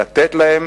לתת להם